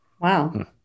Wow